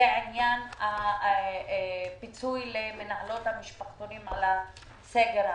עניין הפיצוי למנהלות המשפחתונים על הסגר האחרון.